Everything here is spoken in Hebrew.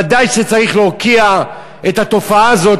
ודאי שצריך להוקיע את התופעה הזאת,